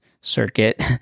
circuit